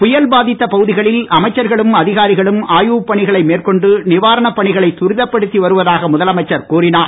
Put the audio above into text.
புயல் பாதித்த பகுதிகளில் அமைச்சர்களும் அதிகாரிகளும் ஆய்வுப் பணிகளை மேற்கொண்டு நிவாரணப் பணிகளை துரிதப்படுத்தி வருவதாக முதலமைச்சர் கூறினார்